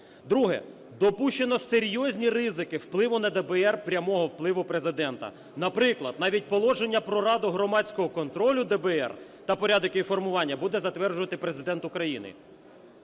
Друге. Допущено серйозні ризики впливу на ДБР, прямого впливу Президента. Наприклад, навіть положення про Раду громадського контролю ДБР та порядок її формування буде затверджувати Президент України.